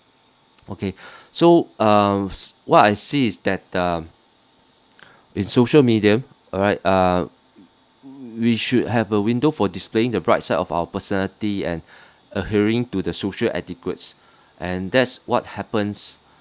okay so uh what I see is that the um in social media alright uh we should have a window for displaying the bright side of our personality and adhering to the social etiquette and that's what happens